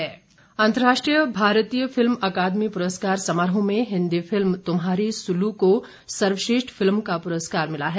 film पुरस्कार अंतर्राष्ट्रीय भारतीय फिल्म अकादमी प्रस्कार समारोह में हिन्दी फिल्म तृम्हारी सुल्लू को सर्वश्रेष्ठ फिल्म का पुरस्कार मिला है